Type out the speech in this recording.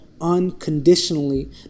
unconditionally